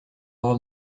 avoir